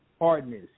hardness